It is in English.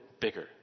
bigger